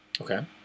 Okay